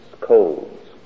colds